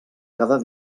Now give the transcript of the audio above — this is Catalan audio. cada